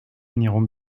finirons